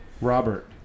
robert